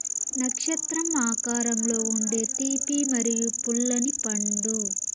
నక్షత్రం ఆకారంలో ఉండే తీపి మరియు పుల్లని పండు